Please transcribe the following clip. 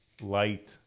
light